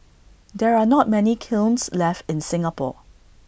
there are not many kilns left in Singapore